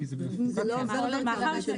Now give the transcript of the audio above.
למה שלא יהיה מידע?